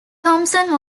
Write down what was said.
thompson